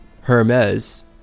Hermes